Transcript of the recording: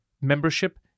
membership